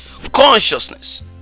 Consciousness